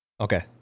Okay